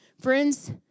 Friends